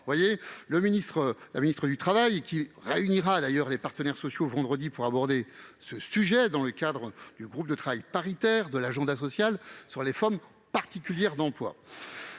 ailleurs, la ministre du travail réunira les partenaires sociaux, vendredi prochain, pour aborder ce sujet dans le cadre du groupe de travail paritaire de l'agenda social sur les formes particulières d'emploi.